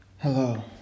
Hello